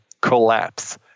collapse